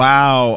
Wow